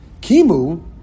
kimu